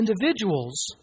individuals